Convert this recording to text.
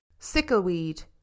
sickleweed